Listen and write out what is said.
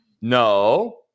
No